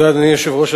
אדוני היושב-ראש,